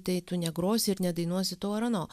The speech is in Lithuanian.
tai tu negrosi ir nedainuosi to ar ano